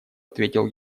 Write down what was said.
ответил